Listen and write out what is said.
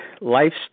life's